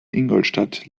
ingolstadt